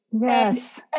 yes